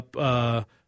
up